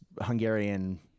Hungarian